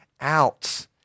out